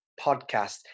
podcast